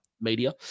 media